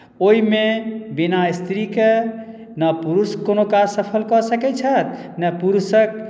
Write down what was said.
ओहिमे बिना स्त्रीके ने पुरुष कोनो काज सफल कऽ सकैत छथि ने पुरुषक